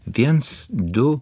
viens du